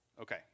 Okay